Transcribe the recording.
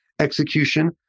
execution